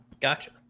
Gotcha